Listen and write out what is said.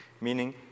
meaning